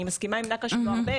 אני מסכימה עם נקש לא הרבה,